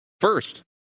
first